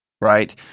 Right